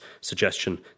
suggestion